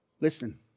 Listen